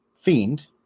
Fiend